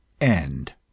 End